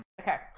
Okay